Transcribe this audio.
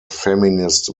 feminist